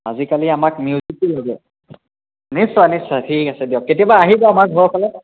আজিকালি আমাক মিউজিকে লাগে নিশ্চয় নিশ্চয় ঠিক আছে দিয়ক কেতিয়াবা আহিব আমাৰ ঘৰৰ ফালে